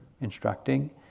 instructing